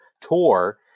tour